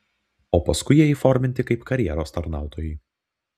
o paskui jie įforminti kaip karjeros tarnautojai